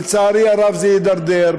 לצערי הרב, זה הידרדר.